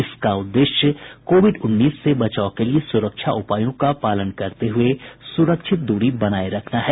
इसका उद्देश्य कोविड उन्नीस से बचाव के लिए सुरक्षा उपायों का पालन करते हुए सुरक्षित दूरी बनाए रखना है